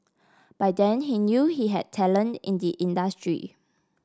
by then he knew he had talent in the industry